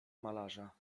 malarza